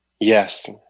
Yes